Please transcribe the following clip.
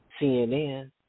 CNN